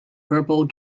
purple